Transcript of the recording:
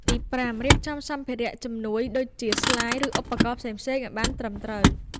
ទីប្រាំ រៀបចំសម្ភារៈជំនួយដូចជាស្លាយ ឬឧបករណ៍ផ្សេងៗឱ្យបានត្រឹមត្រូវ។